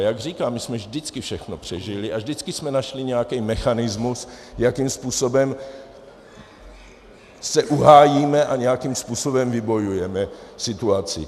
Jak říkám, my jsme vždycky všechno přežili a vždycky jsme našli nějaký mechanismus, jakým způsobem se uhájíme a nějakým způsobem vybojujeme situaci.